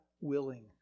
willing